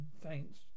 thanks